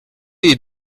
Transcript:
est